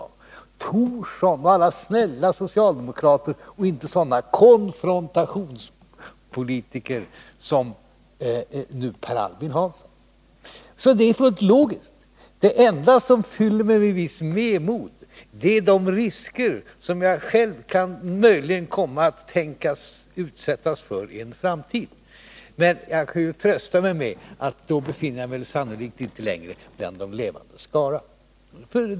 Tänk på Thorsson och alla snälla socialdemokrater, de var inte sådana konfrontationspolitiker som nu Per Albin Hansson! Så det är fullt logiskt. Det enda som fyller mig med visst vemod är de risker som jag själv möjligen kan komma att utsättas för i en framtid. Men jag kan ju trösta mig med att då befinner jag mig sannolikt inte längre bland de levandes skara.